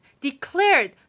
declared